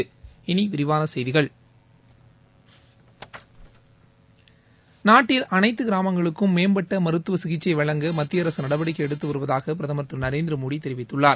இனி விரிவாள செய்திகள் நாட்டில் அனைத்து கிராமங்களுக்கும் மேம்பட்ட மருத்துவ சிகிச்சை வழங்க மத்திய அரசு நடவடிக்கை எடுத்து வருவதாக பிரதமர் திரு நரேந்திர மோடி தெரிவித்துள்ளார்